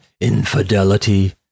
infidelity